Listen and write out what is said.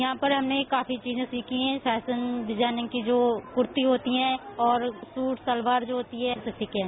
यहां पर हमने काफी चीजें सीखी हैं फैरान डिजायनिंग की जो कुर्ती होती है और सूट शलवार जो होती है यह सब सीख है